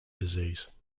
disease